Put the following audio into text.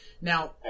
Now